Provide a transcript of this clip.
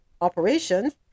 operations